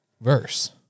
verse